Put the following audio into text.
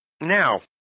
now